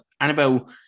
Annabelle